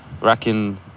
Racking